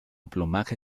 plumaje